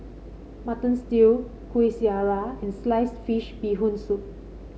Mutton Stew Kuih Syara and slice fish Bee Hoon Soup